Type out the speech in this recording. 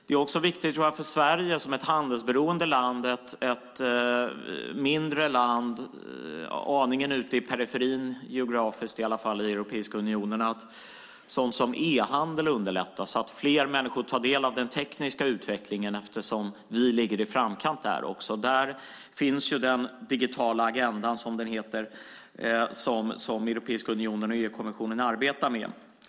Det är viktigt för Sverige som ett handelsberoende land och ett mindre land aningen ute i periferin - i alla fall geografiskt - i Europeiska unionen att sådant som e-handel underlättas. På så sätt kan fler människor ta del av den tekniska utvecklingen eftersom vi ligger i framkant där. Där finns den digitala agendan, som det heter, som Europeiska unionen och EU-kommissionen arbetar med.